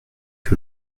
que